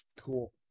Cool